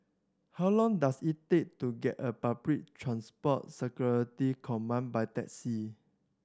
how long does it take to get a Public Transport Security Command by taxi